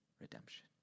Redemption